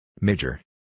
Major